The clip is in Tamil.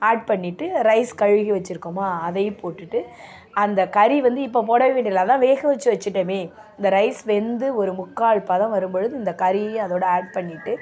ஆட் பண்ணிட்டு ரைஸ் கழுவி வச்சிருக்கோம் அதையும் போட்டுட்டு அந்த கறி வந்து இப்போ போட வேண்டில்லை அதான் வேக வச்சி வச்சிட்டமே இந்த ரைஸ் வெந்து ஒரு முக்கால் பதம் வரும் பொழுது இந்த கறியையும் அதோடு ஆட் பண்ணிவிட்டு